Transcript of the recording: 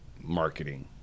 marketing